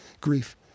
grief